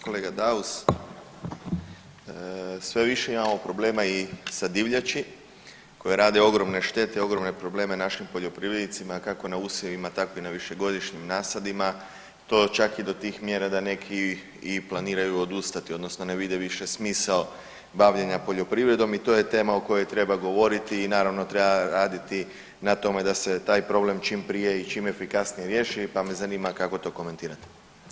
Kolega Daus, sve više imamo problema i sa divljači koje rade ogromne štete, ogromne probleme našim poljoprivrednicima kako na usjevima tako i na višegodišnjim nasadima, to čak i do tih mjera da neki i planiraju odustati odnosno ne vide više smisao bavljenja poljoprivredom i to je tema o kojoj treba govoriti i naravno treba raditi na tome da se taj problem čim prije i čime efikasnije riješi, pa me zanima kako to komentirate.